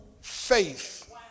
faith